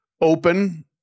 open